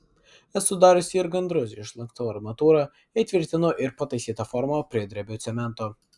esu dariusi ir gandrus išlankstau armatūrą įtvirtinu ir pataisytą formą pridrebiu cemento